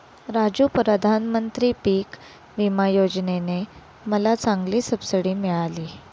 राजू प्रधानमंत्री पिक विमा योजने ने मला चांगली सबसिडी मिळाली